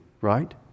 right